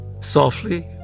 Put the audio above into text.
softly